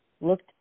looked